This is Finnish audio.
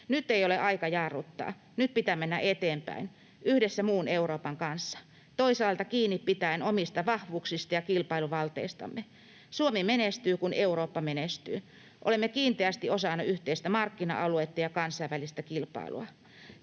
Nyt ei ole aika jarruttaa, nyt pitää mennä eteenpäin yhdessä muun Euroopan kanssa, toisaalta pitäen kiinni omista vahvuuksistamme ja kilpailuvalteistamme. Suomi menestyy, kun Eurooppa menestyy. Olemme kiinteästi osana yhteistä markkina-aluetta ja kansainvälistä kilpailua.